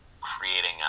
creating